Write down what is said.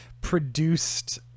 produced